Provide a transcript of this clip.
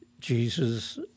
Jesus